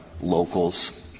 locals –